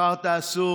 מחר תעשו